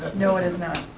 no it is not.